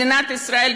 מדינת ישראל,